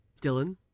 Dylan